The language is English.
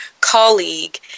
colleague